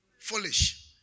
foolish